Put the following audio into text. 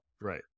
Right